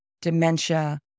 dementia